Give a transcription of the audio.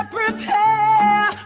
prepare